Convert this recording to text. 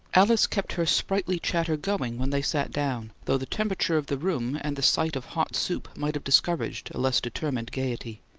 alice kept her sprightly chatter going when they sat down, though the temperature of the room and the sight of hot soup might have discouraged a less determined gayety.